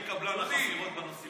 אני קבלן החפירות בנושאים האלה.